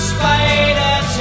Spider